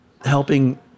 helping